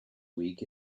week